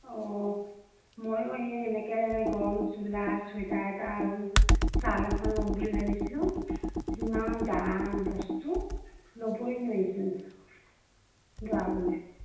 অঁ মইয়ো সেই এনেকৈ গৰম চোলা চুৱেটাৰ এটা আৰু ছাল এখন ল'ম বুলি ভাবিছিলোঁ যিমান দাম বস্তু ল'বই নোৱাৰিচোন দৰাবলৈ